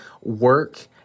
work